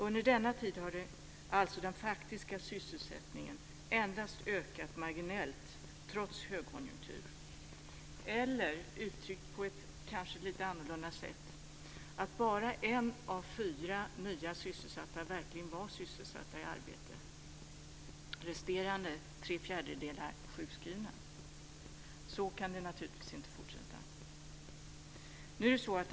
Under denna tid har den faktiska sysselsättningen ökat endast marginellt trots högkonjunktur. Uttryckt på ett lite annorlunda sätt var bara en av fyra nya sysselsatta verkligen sysselsatta i arbete, resterande tre fjärdedelar var sjukskrivna. Så kan det naturligtvis inte fortsätta.